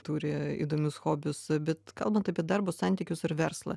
turi įdomius hobius bet kalbant apie darbo santykius ar verslą